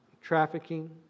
trafficking